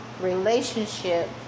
relationship